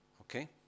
Okay